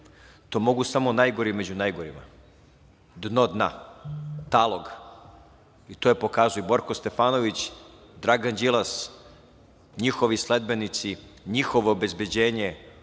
to mogu samo najgori među najgorima, dno-dna, talog i to je pokazao i Borko Stefanović, Dragan Đilas, njihovi sledbenici, njihovo obezbeđenje,